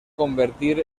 convertir